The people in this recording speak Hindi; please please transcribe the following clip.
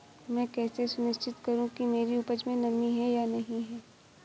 मैं कैसे सुनिश्चित करूँ कि मेरी उपज में नमी है या नहीं है?